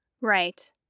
right